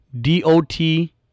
D-O-T